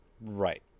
Right